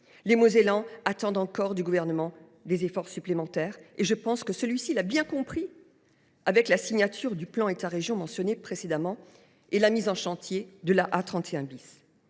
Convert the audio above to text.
Les Mosellans attendent encore du Gouvernement des efforts supplémentaires, et je pense que celui ci l’a bien compris : la signature du plan État région mentionné précédemment et la mise en chantier de l’A31